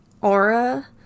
aura